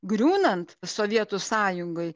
griūnant sovietų sąjungai